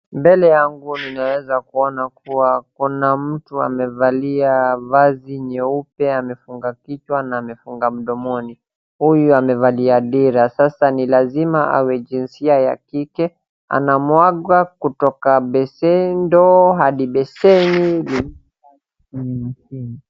Mbele yangu ninaweza kuona kuwa kuna mtu amevalia vazi nyeupe amefunga kichwa na amefunga mdomoni. Huyu amevalia dera, sasa ni lazima awe jinsia ya kike, anamwaga kutoka ndoo hadi beseni kinachoonekana ni maziwa.